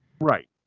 Right